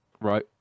right